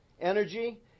Energy